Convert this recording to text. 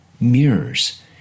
mirrors